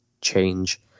change